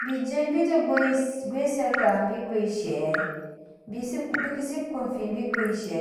Bije bije goisi goisi aga bi goi eshe bisase bikesi ko amfibi bi goi eshe